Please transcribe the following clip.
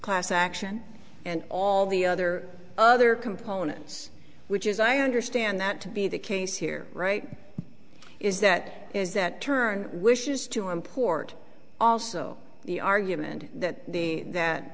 class action and all the other other components which is i understand that to be the case here right is that is that turn wishes to import also the argument that th